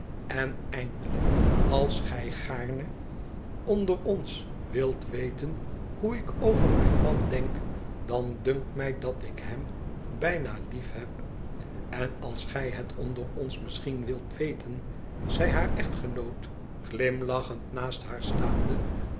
en eindelijk als gij gaarne onder ons wilt weten hoe ik over mijn tnan denk dan dunkt mij dat ik hem bijna liefheb en als gij het onder ons misschien wilt weten zei haar echtgenoot glimlachend naast haar staande